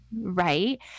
Right